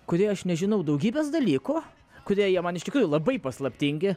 kurioj aš nežinau daugybės dalykų kurie jie man iš tikrųjų labai paslaptingi